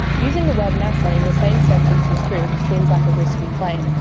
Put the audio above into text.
using the word nasa in the same sentence as goop seems like a risky play,